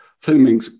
filming